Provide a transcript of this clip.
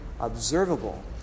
observable